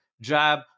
jab